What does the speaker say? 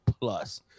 plus